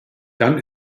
dann